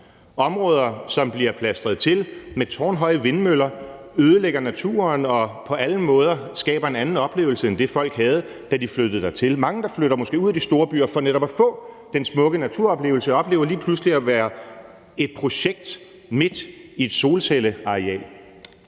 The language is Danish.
områder, som bliver plastret til med tårnhøje vindmøller, der ødelægger naturen og på alle måder skaber en anden oplevelse end den, folk havde, da de flyttede dertil. Mange, der måske er flyttet ud af de store byer for netop at få den smukke naturoplevelse, oplever lige pludselig at være en del af et projekt midt i et solcelleareal.